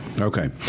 Okay